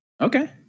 Okay